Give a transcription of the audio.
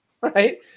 right